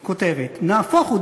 כותבת: נהפוך הוא,